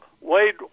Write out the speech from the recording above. Wade